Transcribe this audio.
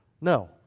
No